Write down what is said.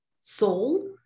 soul